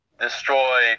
destroy